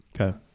Okay